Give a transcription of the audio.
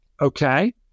Okay